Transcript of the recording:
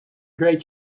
great